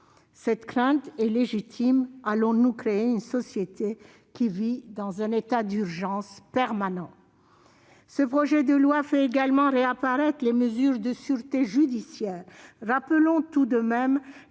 Cette crainte est légitime : allons-nous instituer une société qui vit dans un état d'urgence permanent ? Ce projet de loi fait également réapparaître les mesures de sûreté judiciaire. Rappelons tout de même que,